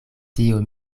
tio